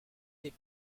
des